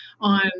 on